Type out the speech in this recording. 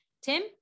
Tim